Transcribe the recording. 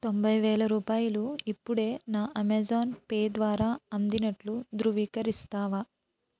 తొంభై వేల రూపాయలు ఇప్పుడే నా అమెజాన్ పే ద్వారా అందినట్లు ధృవీకరిస్తావా